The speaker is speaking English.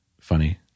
funny